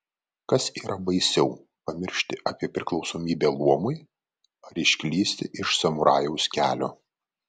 kas yra baisiau pamiršti apie priklausomybę luomui ar išklysti iš samurajaus kelio